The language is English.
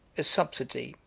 a subsidy,